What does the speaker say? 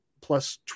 plus